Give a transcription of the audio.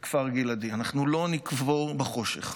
בכפר גלעדי, אנחנו לא נקבור בחושך.